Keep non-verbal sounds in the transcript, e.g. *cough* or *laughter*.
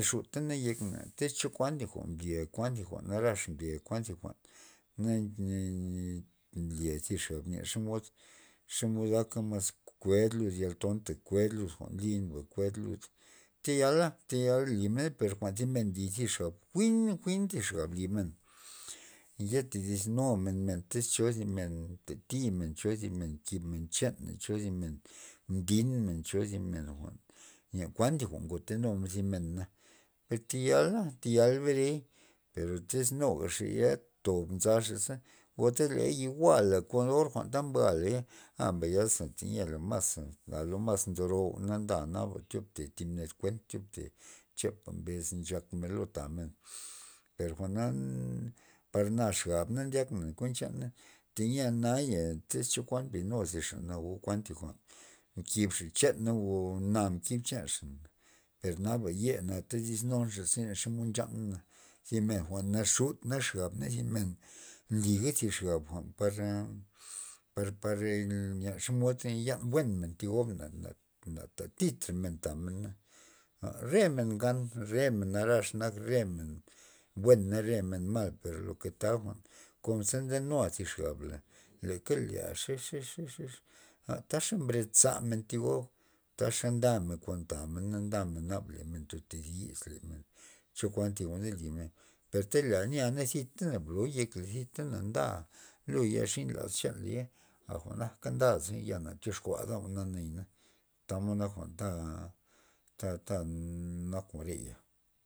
Na xudka nak yekna tyz chokuan jwa'n mblya kuan thi jwa'n narax mblya kuan thi jwa'n na *unintelligible* nli thi xab len xomod- xomod aka mas kuen lud yal tonta kuen lud jwa'n nlin ba kuend lud tayal tayala li mena per zi men li thi xab jwi'n thi jwin thi xab limen, ye todis numen thi men- men tyx cho thi men mta timen cho zi men mkib men chan men cho zi men mbidmen cho zi men men jwa'n thi jwa'n ngotenu men zi mena per tayal tayal berei tyz nuga xaya tob nzaxa za o tyz ley iguala kon or jwa'n mbualey aza tayia a lo mas ndoro jwa'na nda naba thiob te thib ned kuen naba chepa mbes nchak lo tamen per jwa'na par na xab na ndyakna nak kuent chana teyia naya tyz chokuan mblinuxa o kuan thi jwa'n nkib chana o na mkib chanxa per naba ye todis nunxa zera xomod nchana, zi men jwa'n naxut nli xxab thi men nliga zi xab par- par- par re men len xomod yana buenmen thi gobna na ta trita men tamena re men ngan re men narax nak re men men buen na re men mal per lo ke ta jwa'n konze ndenu thi xab leka lea xe- xe- xe a taxa mbred za thi gob taxa ndamen kon tamen na ndamen le men ndo todis chokuan thi jwa'n ndolimen per le yia zipta bloy yekla zip ta na nda plo ya yaxin laz chanla tya a jwa'nak ka ndaza ya na tyoxkuad nayana tamod nak jwa'n ta ta nak jwa'n reya.